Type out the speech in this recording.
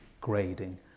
grading